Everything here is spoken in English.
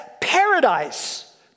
paradise